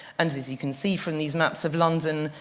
and as you can see from these maps of london,